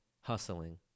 hustling